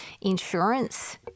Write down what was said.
insurance